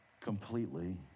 completely